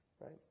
right